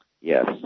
Yes